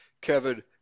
Kevin